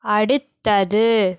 அடுத்தது